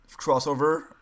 crossover